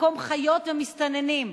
מקום חיות ומסתננים,